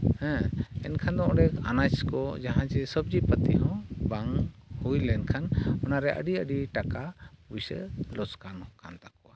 ᱦᱮᱸ ᱮᱱᱠᱷᱟᱱ ᱫᱚ ᱚᱸᱰᱮ ᱟᱱᱟᱡᱽ ᱠᱚ ᱡᱟᱦᱟᱸ ᱡᱮ ᱥᱚᱵᱽᱡᱤ ᱯᱟᱹᱛᱤ ᱦᱚᱸ ᱵᱟᱝ ᱦᱩᱭ ᱞᱮᱱᱠᱷᱟᱱ ᱚᱱᱟᱨᱮ ᱟᱹᱰᱤ ᱟᱹᱰᱤ ᱴᱟᱠᱟ ᱯᱩᱭᱥᱟᱹ ᱞᱚᱥᱠᱟᱱᱚᱜ ᱠᱟᱱ ᱛᱟᱠᱚᱣᱟ